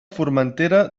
formentera